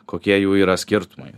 kokie jų yra skirtumai